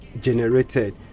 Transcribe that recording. generated